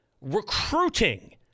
Recruiting